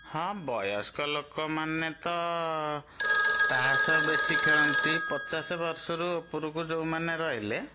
ହଁ ବୟସ୍କ ଲୋକମାନେ ତ ତାସ ବେଶୀ ଖେଳନ୍ତି ପଚାଶ ବର୍ଷରୁ ଉପରକୁ ଯେଉଁମାନେ ରହିଲେ